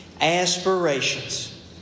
aspirations